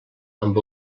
amb